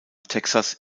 texas